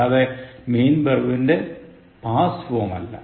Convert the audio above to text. അല്ലാതെ മെയിൻ വേർബിന്റെ past form അല്ല